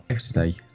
today